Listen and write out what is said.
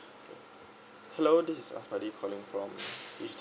okay hello this is asmadi calling from H D